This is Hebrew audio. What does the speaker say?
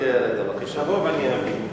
את הרוב אני אבין.